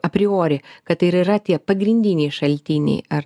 apriori kad tai ir yra tie pagrindiniai šaltiniai ar